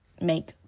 Make